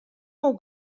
more